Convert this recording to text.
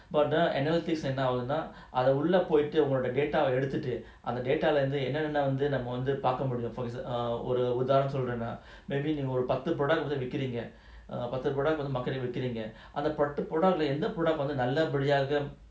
but err another case and now என்னாகும்னாஅதுஉள்ளபோயிட்டுஉங்க:ennagumna adhu ulla poitu unga data எடுத்துட்டுஅந்த:eduthutu andha data lah இருந்துஎன்னன்னாவந்ததுநாமவந்துபார்க்கமுடியும்ஒருஉதாரணம்சொல்றேன்னாபத்து:irunthu ennana vanthu nama vandhu parka mudium oru utharanam solren paththu product விக்கிறீங்கபத்து:vikkirenga paththu product மக்கள்கிட்டவிக்கிறீங்கஅந்தபத்து:makkalkita vikkirenga andha paththu product lah எந்த:endha product நல்லபடியாக:nallabadiyaga